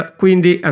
quindi